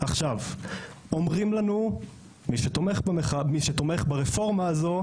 עכשיו אומרים לנו מי שתומך ברפורמה הזו,